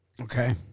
Okay